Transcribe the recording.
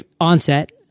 onset